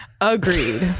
Agreed